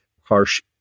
harsh